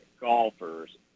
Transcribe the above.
golfers